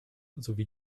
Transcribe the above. sowie